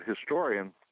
historian